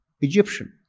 Egyptian